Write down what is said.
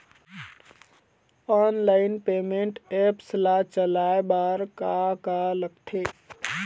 Online payment apps ला चलाए बार का का लगथे?